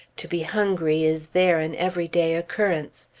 to be hungry is there an everyday occurrence.